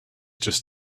just